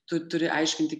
tu turi aiškinti